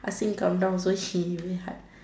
ask him come down also he very hard